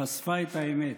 חשפה את האמת: